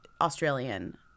australian